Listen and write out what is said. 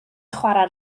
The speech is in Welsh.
chwarae